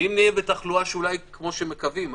ואם נהיה בתחלואה אולי כמו שמקווים,